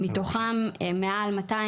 מתוכם מעל 200,